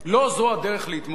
לא זו הדרך להתמודד.